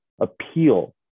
appeal